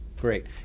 great